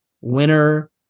Winner